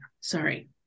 sorry